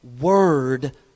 word